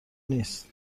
نیست